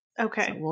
Okay